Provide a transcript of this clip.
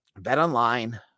BetOnline